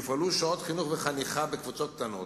יופעלו שעות חינוך וחניכה בקבוצות קטנות.